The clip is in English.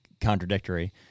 contradictory